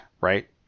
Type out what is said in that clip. right